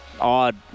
odd